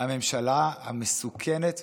הממשלה המסוכנת,